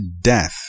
death